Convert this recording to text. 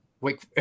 Wake